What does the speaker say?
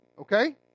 okay